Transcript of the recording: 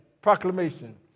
Proclamation